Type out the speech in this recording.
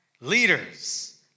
leaders